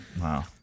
Wow